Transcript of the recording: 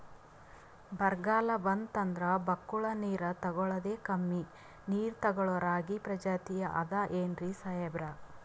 ಬರ್ಗಾಲ್ ಬಂತಂದ್ರ ಬಕ್ಕುಳ ನೀರ್ ತೆಗಳೋದೆ, ಕಮ್ಮಿ ನೀರ್ ತೆಗಳೋ ರಾಗಿ ಪ್ರಜಾತಿ ಆದ್ ಏನ್ರಿ ಸಾಹೇಬ್ರ?